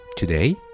Today